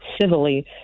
civilly